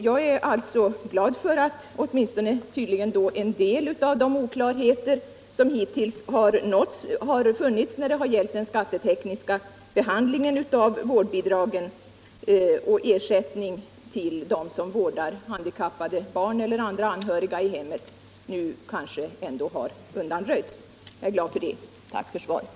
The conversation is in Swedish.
Jag är alltså glad för att åtminstone en del av de oklarheter som hittills har funnits när det har gällt den skattetekniska behandlingen av vård till handikappade bidragen och ersättningarna till dem som vårdar handikappade barn celler andra anhöriga i hemmen nu kanske undanröjts. Tack för svaret!